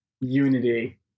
Unity